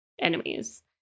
enemies